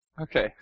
Okay